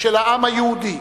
של העם היהודי.